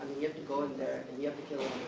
you have to go in there and you have to kill,